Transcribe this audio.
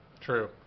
True